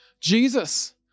Jesus